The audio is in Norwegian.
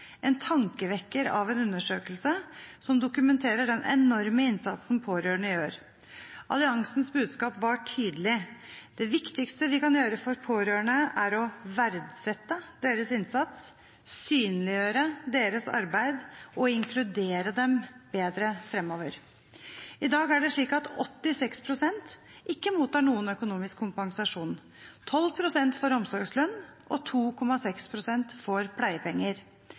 en tankevekker av en undersøkelse som dokumenterer den enorme innsatsen pårørende gjør. Alliansens budskap var tydelig: Det viktigste vi kan gjøre for pårørende, er å verdsette deres innsats, synliggjøre deres arbeid og inkludere dem bedre fremover. I dag er det slik at 86 pst. ikke mottar noen økonomisk kompensasjon. 12 pst. får omsorgslønn, og 2,6 pst. får pleiepenger.